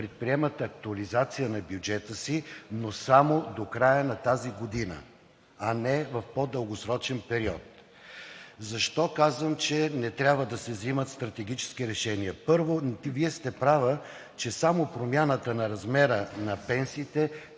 предприемат актуализация на бюджета си, но само до края на тази година, а не в по-дългосрочен период. Защо казвам, че не трябва да се взимат стратегически решения? Първо, Вие сте права, че само промяната на размера на пенсиите